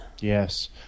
Yes